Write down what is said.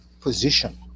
position